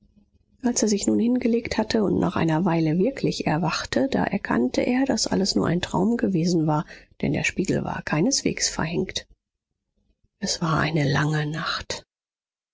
als er sich nun hingelegt hatte und nach einer weile wirklich erwachte da erkannte er daß alles nur ein traum gewesen war denn der spiegel war keineswegs verhängt es war eine lange nacht